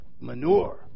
manure